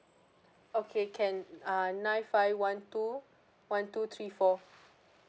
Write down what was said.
okay can ah nine five one two one two three four